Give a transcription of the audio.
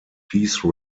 peace